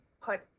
put